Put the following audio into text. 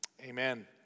Amen